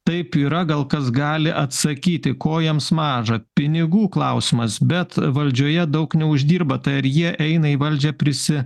taip yra gal kas gali atsakyti ko jiems mažą pinigų klausimas bet valdžioje daug neuždirba tai ar jie eina į valdžią prisi